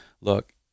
look